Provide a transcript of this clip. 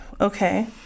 okay